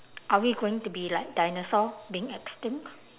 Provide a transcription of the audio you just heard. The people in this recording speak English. are we going to be like dinosaur being extinct